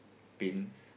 pins